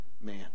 man